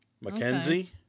Mackenzie